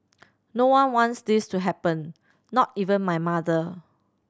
no one wants this to happen not even my mother